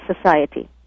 society